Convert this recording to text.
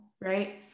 right